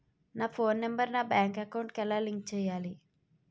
నా phone number నా bank account కి ఎలా లింక్ చేయాలి?